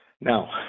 Now